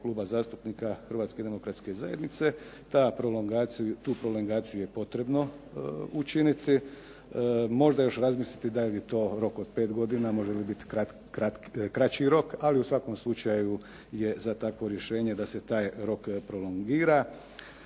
Kluba zastupnika Hrvatske demokratske zajednice tu prolognaciju je potrebno učiniti. Možda još razmisliti da je li to rok od pet godina, može li biti kraći rok, ali u svakom slučaju je za takvo rješenje da se taj rok prolongira,